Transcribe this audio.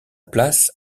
place